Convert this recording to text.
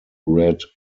red